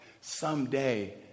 someday